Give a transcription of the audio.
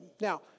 Now